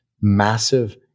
massive